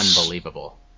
unbelievable